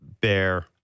bear